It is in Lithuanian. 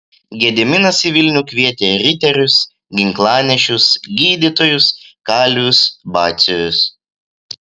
gediminas į vilnių kvietė riterius ginklanešius gydytojus kalvius batsiuvius